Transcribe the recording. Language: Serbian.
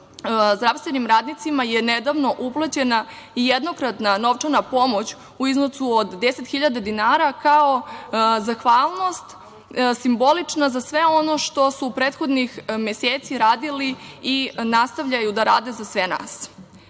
zdravstvenim radnicima je nedavno uplaćena i jednokratna novčana pomoć u iznosu od 10 hiljada dinara, kao zahvalnost simbolična za sve ono što su prethodnih meseci radili i nastavljaju da rade za sve